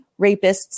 rapists